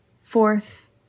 Fourth